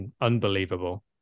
unbelievable